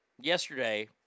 Yesterday